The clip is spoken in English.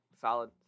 Solid